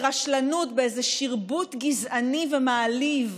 ברשלנות, באיזה שרבוט גזעני ומעליב.